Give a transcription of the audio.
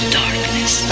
darkness